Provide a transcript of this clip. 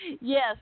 yes